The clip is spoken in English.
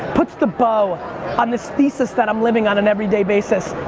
puts the bow on this thesis that i'm living on an every day basis,